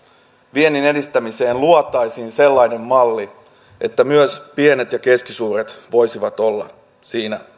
viennin edistämiseen luotaisiin sellainen malli että myös pienet ja keskisuuret voisivat olla siinä